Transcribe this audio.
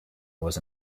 was